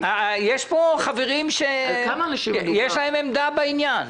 יש פה חברים שיש להם עמדה בעניין.